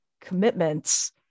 commitments